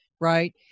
right